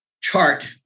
chart